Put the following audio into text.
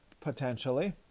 potentially